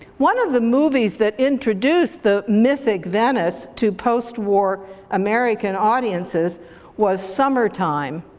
one of the movies that introduced the mythic venice to post-war american audiences was summertime,